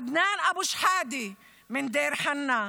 עדנאן אבו שחאדה מדיר חנא,